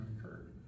occurred